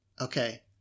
Okay